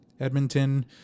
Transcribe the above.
Edmonton